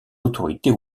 autorités